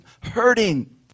hurting